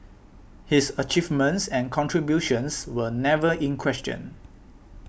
his achievements and contributions were never in question